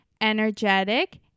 energetic